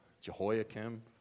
Jehoiakim